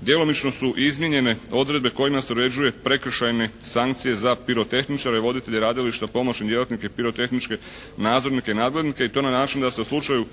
Djelomično su i izmijenjene odredbe kojima se uređuje prekršajne sankcije za pirotehničare, voditelje radilišta, pomoćne djelatnike, pirotehničke nadzornike i nadglednike i to na način da se u slučaju